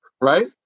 right